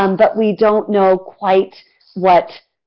um but we don't know quite what